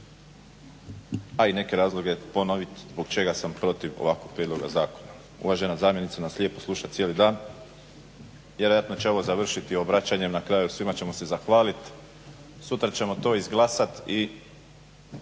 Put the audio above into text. a i neke razloge ponoviti zbog čega sam protiv ovakvog prijedloga zakona. Uvažena zamjenica nas lijepo sluša cijeli dan i vjerojatno će ovo završiti obraćanjem na kraju svima ćemo se zahvaliti. Sutra ćemo to izglasati i